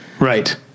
Right